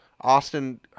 Austin